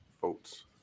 votes